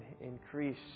increase